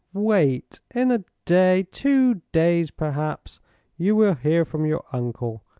wait. in a day two days, perhaps you will hear from your uncle.